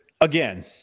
again